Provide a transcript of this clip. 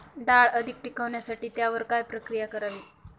डाळ अधिक टिकवण्यासाठी त्यावर काय प्रक्रिया करावी?